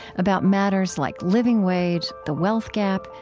about matters like living wage, the wealth gap,